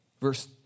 verse